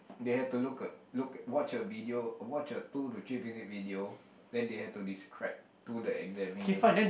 they have to look look watch a video watch a two to three minute video then they have to describe to the examiner